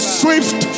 swift